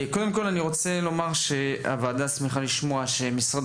קודם כל אני רוצה לומר שהוועדה שמחה לשמוע שמשרד